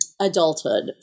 adulthood